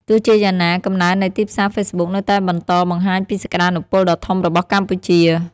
ទោះជាយ៉ាងណា កំណើននៃទីផ្សារហ្វេសប៊ុកនៅតែបន្តបង្ហាញពីសក្តានុពលដ៏ធំរបស់កម្ពុជា។